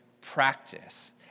practice